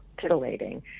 titillating